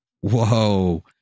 Whoa